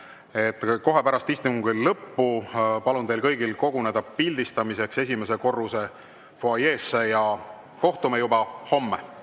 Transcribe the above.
kohe pärast istungi lõppu palun teil kõigil koguneda pildistamiseks esimese korruse fuajeesse. Ja kohtume juba homme.